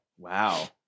wow